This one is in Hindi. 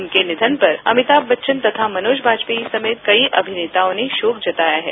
उनके निधन पर अमिताभ बच्चन तथा मनोज वाजपेयी सहित कई अभिनेताओं ने शोक जताया है